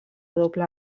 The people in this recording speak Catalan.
doble